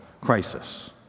crisis